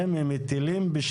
על זה אני אשמח לקבל תשובה.